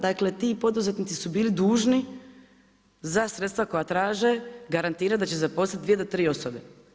Dakle, ti poduzetnici su bili dužni za sredstava koja traže, garantira da će zaposliti 2 do 3 osobe.